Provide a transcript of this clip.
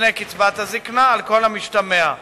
לפני קצבת הזיקנה, על כל המשתמע מכך.